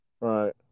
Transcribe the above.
Right